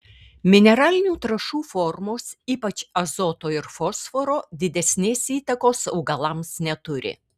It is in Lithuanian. mineralinių trąšų formos ypač azoto ir fosforo didesnės įtakos augalams neturi